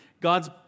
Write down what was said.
God's